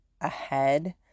ahead